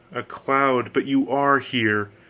a cloud, but you are here,